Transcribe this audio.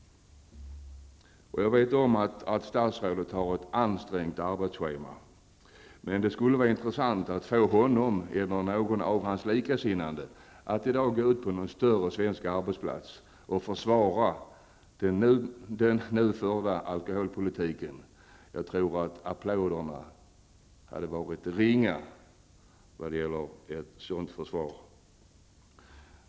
Jag vet om att statsrådet har ett ansträngt arbetsschema, men det skulle vara intressant om han eller någon av hans likasinnade i dag kunde gå ut på någon större svensk arbetsplats och försvara den nu förda alkoholpolitiken. Jag tror att applåderna skulle vara ringa för ett sådant försvar.